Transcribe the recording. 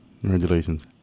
Congratulations